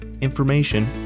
information